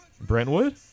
Brentwood